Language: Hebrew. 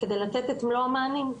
כדי לתת כל המענים.